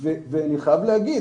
ואני חייב להגיד,